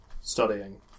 studying